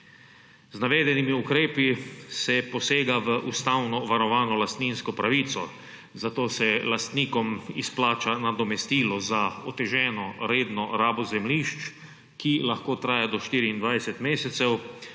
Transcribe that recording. Z navedenimi ukrepi se posega v ustavno varovano lastninsko pravico, zato se lastnikom izplača nadomestilo za oteženo redno rabo zemljišč, ki lahko traja do 24 mesecev,